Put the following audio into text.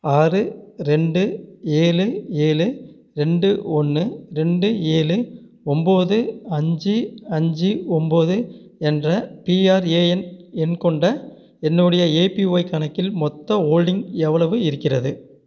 ஆறு ரெண்டு ஏழு ஏழு ரெண்டு ஒன்று ரெண்டு ஏழு ஒம்போது அஞ்சு அஞ்சு ஒம்போது என்ற பிஆர்ஏஎன் எண் கொண்ட என்னுடைய ஏபிஒய் கணக்கில் மொத்த ஹோல்டிங் எவ்வளவு இருக்கிறது